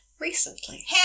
recently